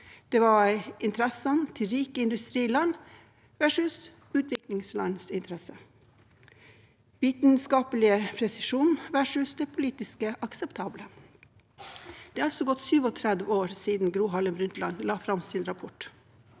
interessene til rike industriland versus utviklingslands interesser og vitenskapelig presisjon versus det politisk akseptable. Det har gått 37 år siden Gro Harlem Brundtland la fram sin rapport.